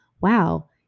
wow